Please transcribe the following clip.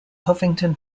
huffington